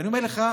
ואני אומר לך,